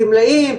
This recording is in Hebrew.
גמלאים,